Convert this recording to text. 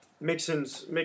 Mixon's